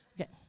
okay